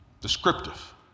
descriptive